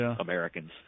Americans